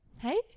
Hey